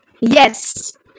yes